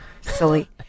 Silly